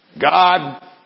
God